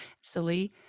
silly